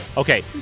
Okay